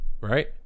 right